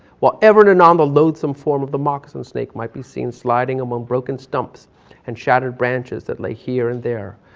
whatever and and um ah loathsome form of the moccasin snake might be seen sliding among broken stumps and shattered branches that lay here and there,